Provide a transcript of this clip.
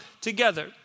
together